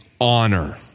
honor